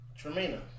Tremina